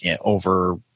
over